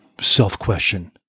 self-question